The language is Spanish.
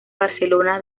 barcelona